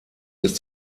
ist